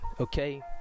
okay